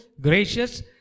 gracious